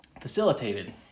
facilitated